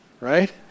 right